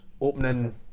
opening